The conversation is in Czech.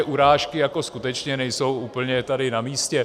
Urážky skutečně nejsou úplně tady namístě.